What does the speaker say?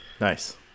nice